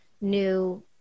new